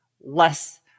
less